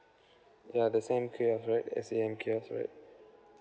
ya the sam kiosk right the S_A_M kiosk right